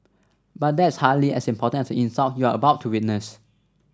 but that's hardly as important as the insult you are about to witness